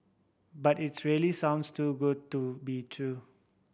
but it's really sounds too good to be true